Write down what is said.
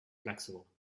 flexible